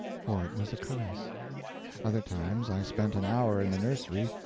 for it was a caress other times i spent an hour in the nursery,